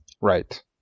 Right